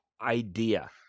idea